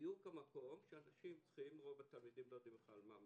בדיוק המקום רוב התלמידים לא יודעים במה מדובר,